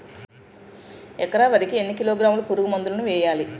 ఎకర వరి కి ఎన్ని కిలోగ్రాముల పురుగు మందులను వేయాలి?